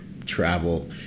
Travel